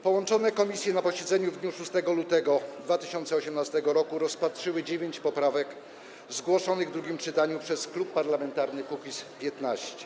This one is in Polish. Połączone komisje na posiedzeniu w dniu 6 lutego 2018 r. rozpatrzyły 9 poprawek zgłoszonych w drugim czytaniu przez Klub Parlamentarny Kukiz’15.